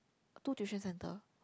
two tuition center